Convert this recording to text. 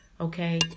Okay